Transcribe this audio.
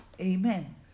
Amen